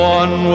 one